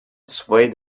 swayed